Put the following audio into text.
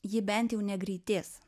ji bent jau negreitės